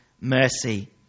mercy